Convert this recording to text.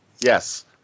Yes